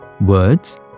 Words